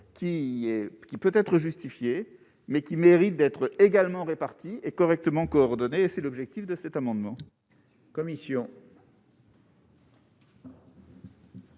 qui peut être justifiée mais qui mérite d'être également répartie et correctement, c'est l'objectif de cet amendement. Commission.